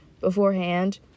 beforehand